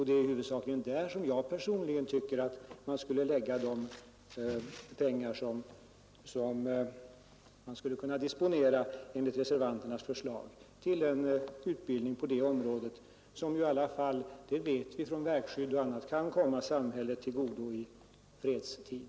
Det är huvudsakligen på en sådan utbildning som i alla fall — det vet vi från verkskydd och annat — kan komma samhället till godo i fredstid som jag personligen tycker att man skulle lägga de pengar som skulle kunna disponeras enligt reservanternas förslag.